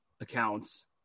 accounts